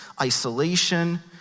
isolation